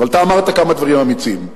אבל אתה אמרת כמה דברים אמיצים.